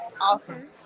Awesome